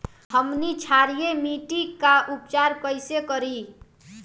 हमनी क्षारीय मिट्टी क उपचार कइसे करी?